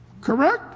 Correct